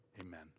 Amen